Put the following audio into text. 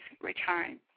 return